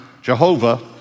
Jehovah